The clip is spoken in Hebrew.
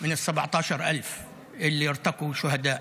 מתוך 17,000 שהפכו לשהידים.